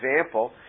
example